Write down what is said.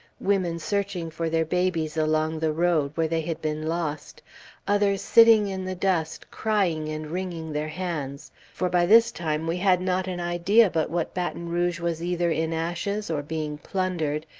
women searching for their babies along the road, where they had been lost others sitting in the dust crying and wringing their hands for by this time we had not an idea but what baton rouge was either in ashes, or being plundered,